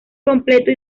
completo